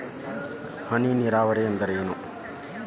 ಹನಿ ನೇರಾವರಿ ಅಂದ್ರೇನ್ರೇ?